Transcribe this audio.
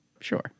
Sure